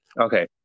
okay